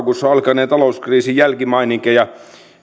alkaneen talouskriisin jälkimaininkeja